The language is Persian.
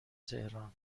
تهران